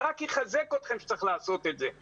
זה רק יחזק אתכם שצריך לעשות את זה.